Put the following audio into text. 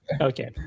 okay